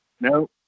No